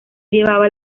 llevaba